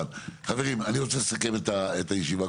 חברים, אני רוצה לסכם את הישיבה.